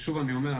שוב אני אומר,